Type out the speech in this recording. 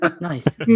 nice